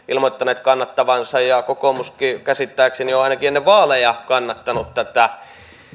ilmoittaneet kannattavansa ja kokoomuskin käsittääkseni on ainakin ennen vaaleja kannattanut